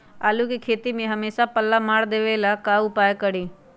आलू के खेती में हमेसा पल्ला मार देवे ला का उपाय करी?